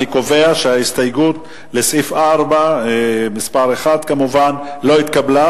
אני קובע שההסתייגות הראשונה לסעיף 4 לא התקבלה.